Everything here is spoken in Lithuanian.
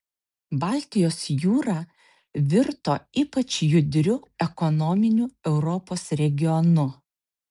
baltijos jūra virto ypač judriu ekonominiu europos regionu